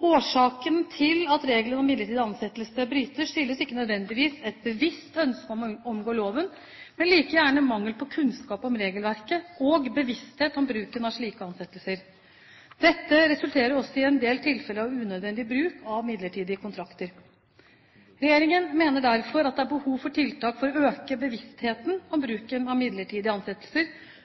Årsaken til at reglene om midlertidig ansettelse brytes, er ikke nødvendigvis et bevisst ønske om å omgå loven, men like gjerne mangel på kunnskap om regelverket og bevissthet om bruken av slike ansettelser. Dette resulterer også i en del tilfeller av unødvendig bruk av midlertidige kontrakter. Regjeringen mener derfor at det er behov for tiltak for å øke bevisstheten om bruken av midlertidige ansettelser,